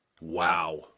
Wow